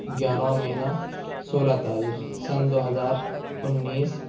گیارہواں مہینہ سولہ تاریخ سن دو ہزار انیس